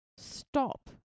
Stop